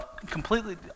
Completely